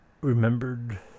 remembered